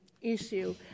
issue